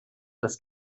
des